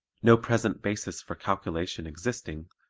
no present basis for calculation existing,